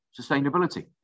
sustainability